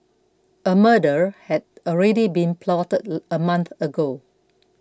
a murder had already been plotted a month ago